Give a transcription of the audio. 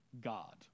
God